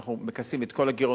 אנחנו מכסים את כל הגירעונות,